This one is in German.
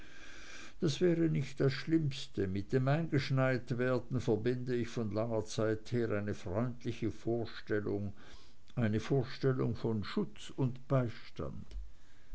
das wäre nicht das schlimmste mit dem eingeschneitwerden verbinde ich von langer zeit her eine freundliche vorstellung eine vorstellung von schutz und beistand